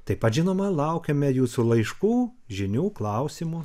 taip pat žinoma laukiame jūsų laiškų žinių klausimų